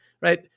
right